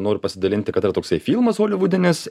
noriu pasidalinti kad yra toksai filmas holivudinis